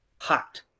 hot